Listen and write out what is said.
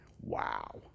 wow